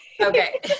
Okay